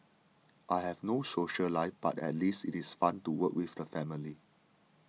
I have no social life but at least it is fun to work with the family